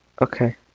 Okay